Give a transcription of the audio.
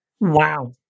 Wow